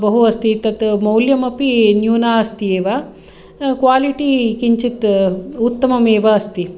बहु अस्ति तत् मौल्यमपि न्यूनम् अस्ति एव क्वालिटी किञ्चित् उत्तमम् एव अस्ति